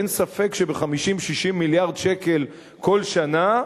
אין ספק שב-60-50 מיליארד שקל כל שנה,